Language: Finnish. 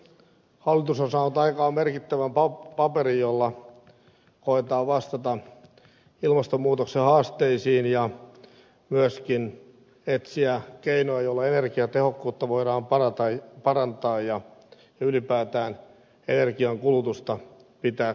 hallitus on saanut aikaan merkittävän paperin jolla koetetaan vastata ilmastonmuutoksen haasteisiin ja myöskin etsiä keinoja joilla energiatehokkuutta voidaan parantaa ja ylipäätään energian kulutusta pitää kurissa